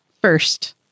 first